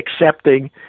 accepting